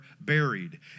buried